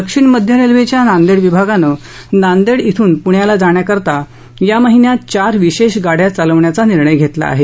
दक्षिण मध्य रेल्वेच्या नांदेड विभागानं नांदेड येथून पूण्याला जाण्याकरता या महिन्यात चार विशेष गाड्या चालवण्याच्या निर्णय घेतला आहे